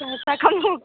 पैसा कम हो